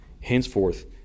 henceforth